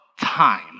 time